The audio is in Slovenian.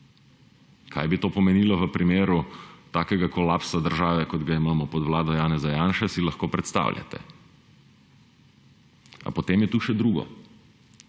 Kaj bi to pomenilo v primeru takega kolapsa države, kot ga imamo pod vlado Janeza Janše, si lahko predstavljate. A potem je tu še drugo.